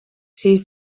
siis